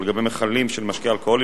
ולגבי מכלים של משקה אלכוהולי,